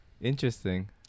interesting